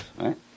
right